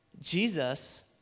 Jesus